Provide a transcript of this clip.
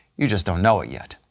you just don't know it yet.